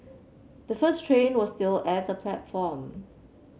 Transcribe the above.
the first train was still at the platform